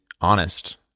honest